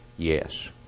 Yes